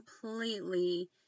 completely